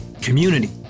Community